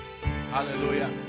Hallelujah